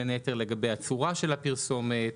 בין היתר לגבי הצורה של הפרסומת,